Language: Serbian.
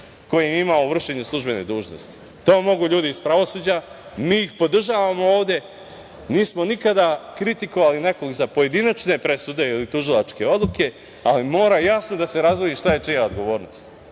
koji je imao u vršenju službene dužnosti. To mogu ljudi iz pravosuđa. Mi ih podržavamo ovde. Nismo nikada kritikovali nekog za pojedinačne presude ili tužilačke odluke, ali mora jasno da se razdvoji šta je čija odgovornost.U